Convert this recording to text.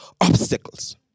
obstacles